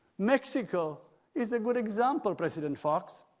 mexico is a good example, president fox.